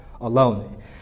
alone